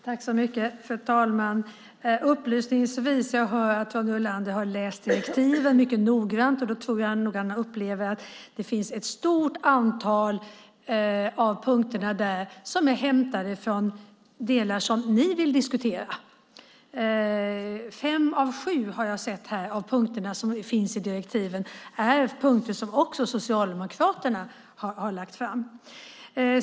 Fru talman! Jag ska säga något upplysningsvis. Jag hör att Ronny Olander har läst direktiven mycket noggrant. Då tror jag nog att han upplever att ett stort antal av punkterna där är hämtade från delar som ni vill diskutera. Fem av sju punkter, har jag sett här, som finns i direktiven är punkter som också Socialdemokraterna har lagt fram.